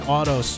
Auto